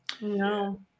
No